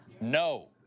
No